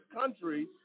country